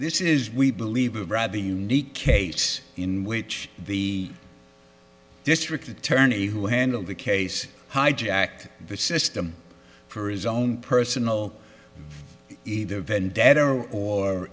this is we believe a rather unique case in which the district attorney who handled the case hijacked the system for his own personal either vendetta or